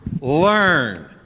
learn